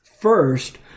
First